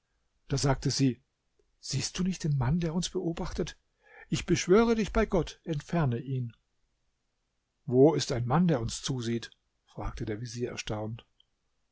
da sagte sie siehst du nicht den mann der uns beobachtet ich beschwöre dich bei gott entferne ihn wo ist ein mann der uns zusieht fragte der vezier erstaunt